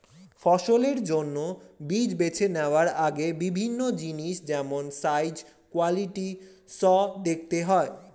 ফসলের জন্য বীজ বেছে নেওয়ার আগে বিভিন্ন জিনিস যেমন সাইজ, কোয়ালিটি সো দেখতে হয়